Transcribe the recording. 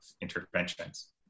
interventions